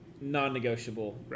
non-negotiable